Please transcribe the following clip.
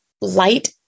light